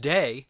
Day